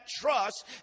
trust